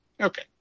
Okay